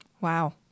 Wow